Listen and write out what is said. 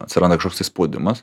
atsiranda kažkoks tai spaudimas